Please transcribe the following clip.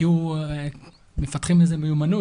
כי הוא - מפתחים איזו מיומנות,